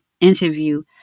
interview